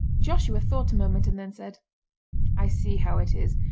joshua thought a moment and then said i see how it is.